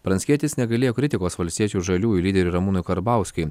pranckietis negailėjo kritikos valstiečių ir žaliųjų lyderiui ramūnui karbauskiui